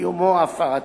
קיומו או הפרתו.